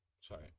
Sorry